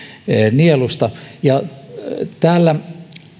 nielusta täällä